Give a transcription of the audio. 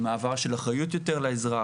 מעבר של אחריות יותר לאזרח.